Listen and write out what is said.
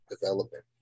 development